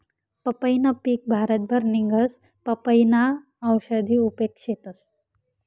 पंपईनं पिक भारतभर निंघस, पपयीना औषधी उपेग शेतस